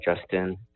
Justin